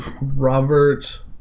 Robert